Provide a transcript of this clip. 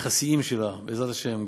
בעזרת השם,